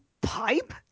pipe